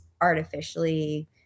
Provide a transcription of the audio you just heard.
artificially